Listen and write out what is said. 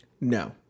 No